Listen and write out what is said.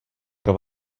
pro